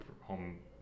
home